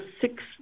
six